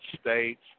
states